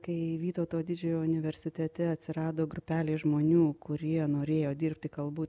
kai vytauto didžiojo universitete atsirado grupelė žmonių kurie norėjo dirbti kalbų